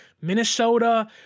Minnesota